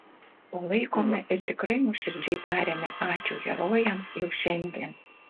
palaikome ir tikrai nuoširdžiai tariame ačiū herojams jau šiandien